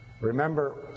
Remember